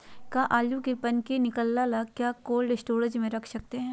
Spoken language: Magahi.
क्या आलु में पनकी निकला चुका हा क्या कोल्ड स्टोरेज में रख सकते हैं?